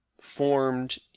formed